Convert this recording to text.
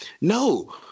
no